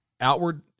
outward